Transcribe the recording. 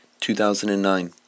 2009